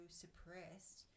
suppressed